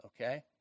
okay